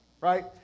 Right